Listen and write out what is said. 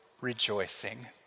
rejoicing